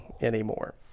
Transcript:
anymore